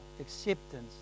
acceptance